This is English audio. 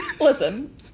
Listen